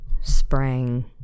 sprang